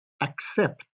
accept